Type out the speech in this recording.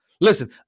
Listen